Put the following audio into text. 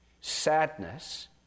sadness